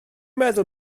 meddwl